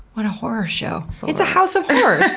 what a horror show. it's a house of horrors!